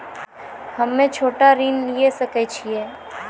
हम्मे छोटा ऋण लिये सकय छियै?